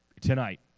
tonight